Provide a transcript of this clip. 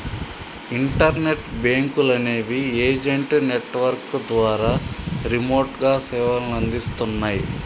internet బ్యేంకులనేవి agent network ద్వారా రిమోట్గా సేవలనందిస్తన్నయ్